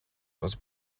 was